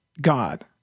God